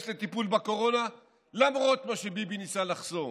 לטיפול בקורונה למרות מה שביבי ניסה לחסום.